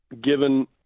given